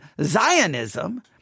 Zionism